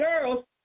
girls